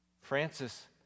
Francis